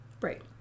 Right